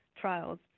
trials